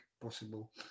possible